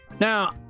Now